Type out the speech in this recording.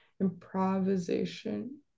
improvisation